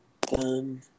Done